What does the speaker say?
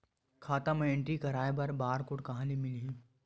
खाता म एंट्री कराय बर बार कोड कहां ले मिलही?